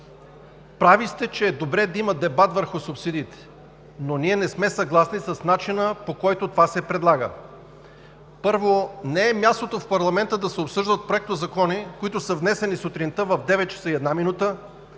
прави сте, че е добре да има дебат върху субсидиите, но ние не сме съгласни с начина, по който това се предлага. Първо, не е мястото в парламента да се обсъждат проектозакони, които са внесени сутринта в 9,01 ч., на